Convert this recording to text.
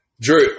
Drew